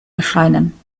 erscheinen